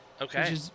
Okay